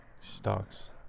stocks